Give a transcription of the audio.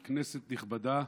אדוני היושב-ראש, כנסת נכבדה,